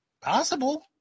Possible